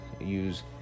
use